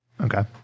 Okay